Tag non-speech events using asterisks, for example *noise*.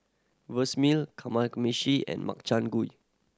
*unintelligible* Kamameshi and Makchang Gui